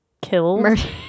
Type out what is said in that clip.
killed